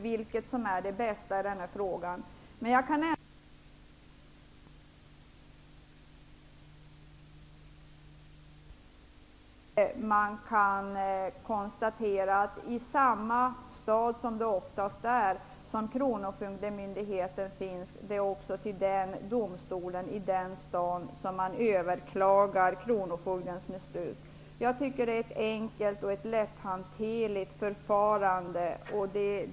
Jag kan ändå inte komma ifrån att det är ett enkelt och bra förfarande att det är till domstolen i den stad där kronofogdemyndigheten finns som man överklagar kronofogdens beslut. Jag tycker att det är ett enkelt och lätthanterligt förfarande.